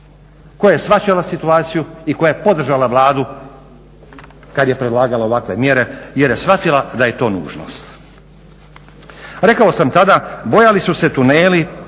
koja je shvaćala situaciju i koja je podržala Vladu kad je predlagala ovakve mjere jer je shvatila da je to nužnost. Rekao sam tada bojali su se tuneli,